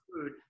food